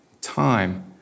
time